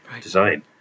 design